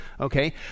Okay